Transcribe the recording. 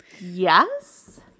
Yes